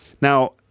Now